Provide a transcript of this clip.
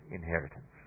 inheritance